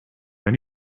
have